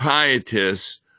pietists